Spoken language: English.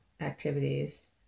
activities